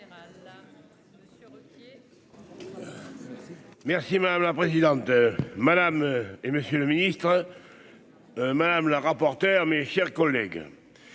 Merci madame la présidente, madame et monsieur le ministre madame la rapporteure, mes chers collègues,